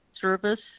service